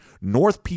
North